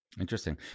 Interesting